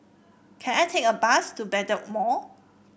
can I take a bus to Bedok Mall